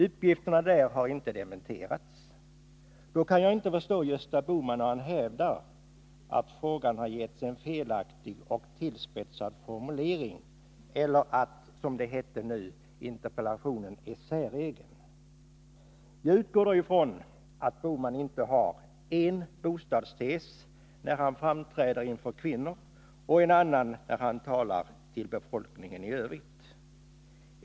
Uppgifterna där har inte dementerats. Därför kan jag inte förstå Gösta Bohman när han hävdar att frågan har getts en felaktig och tillspetsad formulering eller att, som det nu hette, att interpellationen är säregen. Jag utgår då ifrån att Gösta Bohman inte har en bostadstes när han framträder inför kvinnor och en annan när han talar till befolkningen i övrigt.